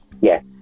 Yes